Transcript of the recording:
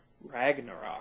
Ragnarok